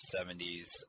70s